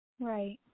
right